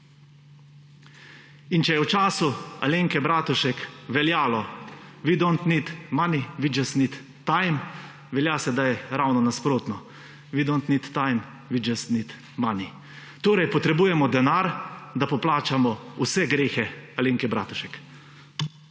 In če je v času Alenke Bratušek veljalo, we don't need money, we just need time, velja sedaj ravno nasprotno, we don't need time, we just need money. Torej potrebujemo denar, da poplačamo vse grehe Alenke Bratušek.